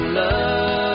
love